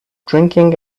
drinking